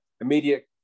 immediate